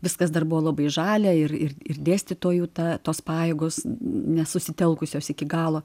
viskas dar buvo labai žalia ir ir ir dėstytojų ta tos pajėgos nesusitelkusios iki galo